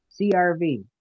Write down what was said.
CRV